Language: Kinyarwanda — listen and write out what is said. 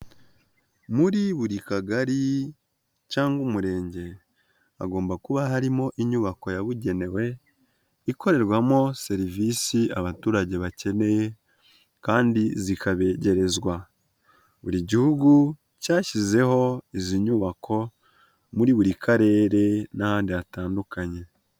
Muri buri Kagari cyangwa Umurenge hagomba kuba harimo inyubako yabugenewe, ikorerwamo serivisi abaturage bakeneye kandi zikabegerezwa, buri Gihugu cyashyizeho izi nyubako muri buri Karere n'ahandi hatandukanye.